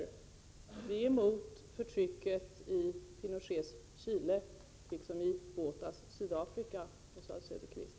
Vi är emot förtrycket i Pinochets Chile liksom i Bothas Sydafrika, Oswald Söderqvist.